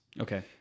Okay